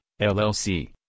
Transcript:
LLC